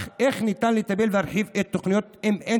איך ניתן לטפל ולהרחיב את התוכניות אם אין